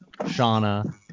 Shauna